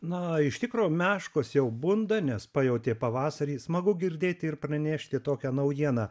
na iš tikro meškos jau bunda nes pajautė pavasarį smagu girdėt ir pranešti tokią naujieną